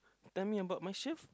tell me about myself